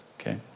Okay